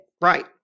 Right